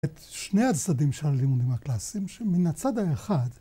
את שני הצדדים של הלימודים הקלאסיים, שמן הצד האחד...